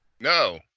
No